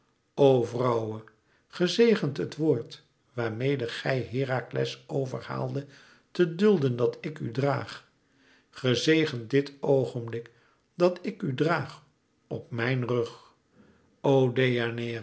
vrouwe gezegend het woord waarmede gij herakles overhaaldet te dulden dat ik u draag gezegend dit oogenblik dat ik u draag op mijn rug o